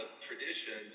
traditions